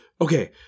okay